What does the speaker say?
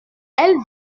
elles